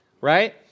right